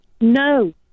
No